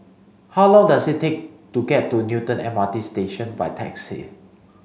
how long does it take to get to Newton M R T Station by taxi